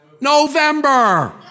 November